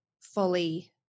fully